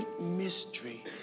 mystery